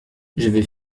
j’avais